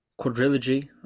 quadrilogy